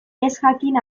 ezjakin